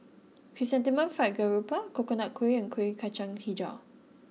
Chrysanthemum Fried Garoupa Coconut Kuih and Kueh Kacang HiJau